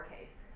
case